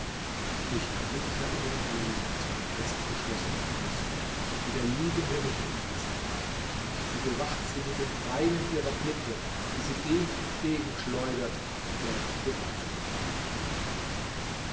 ich erblickte an ihrem busen zwei festgeschlossene knospen die der liebende nicht umfassen darf sie bewacht sie mit den pfeilen ihrer blicke die sie dem entgegenschleudert der gewalt gebraucht